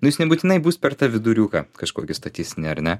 nu jis nebūtinai bus per tą viduriuką kažkokį statistinį ar ne